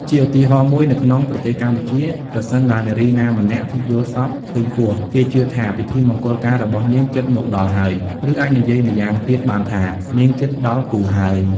ជាឧទាហរណ៍ មួយ នៅក្នុងប្រទេសកម្ពុជា ប្រសិនបើនារីណាម្នាក់យល់សប្តិឃើញពស់ គេជឿថាពិធីមង្គលការរបស់នាងជិតមកដល់ហើយ ឬអាចនិយាយម៉្យាងទៀតបានថា នាងជិតដល់គូហើយ។